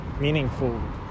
meaningful